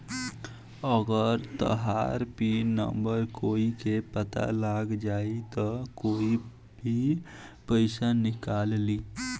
अगर तहार pin number कोई के पता लाग गइल त कोई भी पइसा निकाल ली